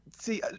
see